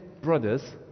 brothers